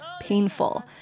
painful